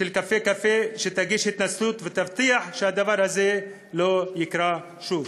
"קפה קפה" התנצלות, והבטחה שהדבר הזה לא יקרה שוב.